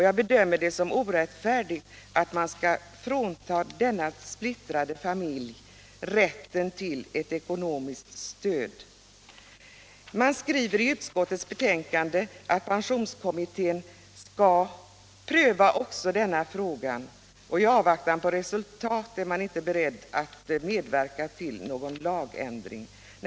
Jag bedömer det som orättfärdigt att man skall frånta en sådan splittrad familj rätten till ett ekonomiskt stöd. I utskottets betänkande står att pensionskommittén skall pröva denna fråga, och i avvaktan på dess betänkande är man inte beredd att medverka till en lagändring.